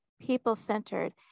people-centered